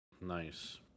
Nice